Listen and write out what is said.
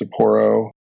Sapporo